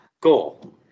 goal